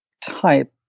type